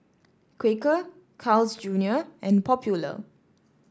Quaker Carl's Junior and Popular